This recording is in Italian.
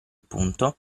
punto